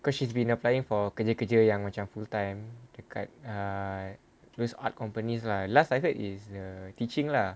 cause she's been applying for kerja kerja yang macam full time dekat ah those art companies lah last I heard is the teaching lah